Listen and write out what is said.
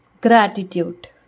Gratitude